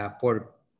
por